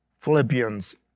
Philippians